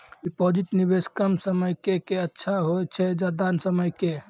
Deposit निवेश कम समय के के अच्छा होय छै ज्यादा समय के?